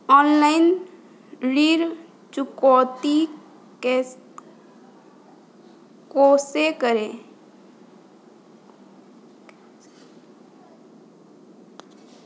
Online ऋण चुकौती कैसे करें?